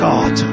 God